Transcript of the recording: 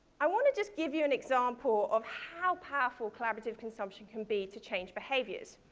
i want to just give you an example of how powerful collaborative consumption can be to change behaviors.